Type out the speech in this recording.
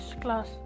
class